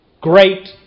great